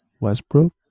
Westbrook